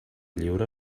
lliure